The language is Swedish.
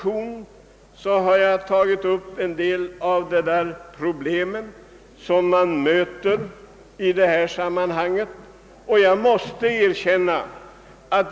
I min motion har jag tagit upp en del av de problem som man möter i detta sammanhang.